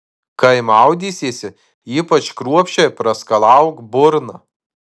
kai maudysiesi ypač kruopščiai praskalauk burną